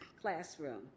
classroom